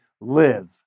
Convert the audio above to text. live